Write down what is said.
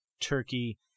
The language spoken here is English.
Turkey